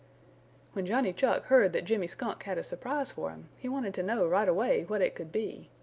when johnny chuck heard that jimmy skunk had a surprise for him he wanted to know right away what it could be,